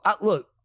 Look